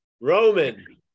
Roman